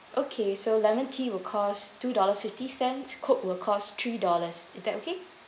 okay so lemon tea will cost two dollar fifty cent coke will cost three dollars is that okay